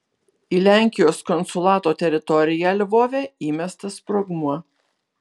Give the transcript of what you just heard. į lenkijos konsulato teritoriją lvove įmestas sprogmuo